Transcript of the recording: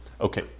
Okay